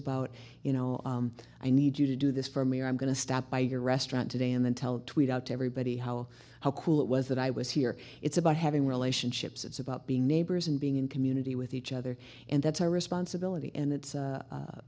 about you know i need you to do this for me i'm going to stop by your restaurant today and then tell tweet out everybody how how cool it was that i was here it's about having relationships it's about being neighbors and being in community with each other and that's our responsibility and it's